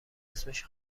اسمش